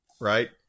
right